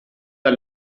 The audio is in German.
der